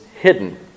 hidden